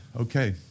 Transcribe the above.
okay